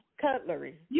cutlery